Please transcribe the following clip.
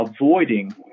avoiding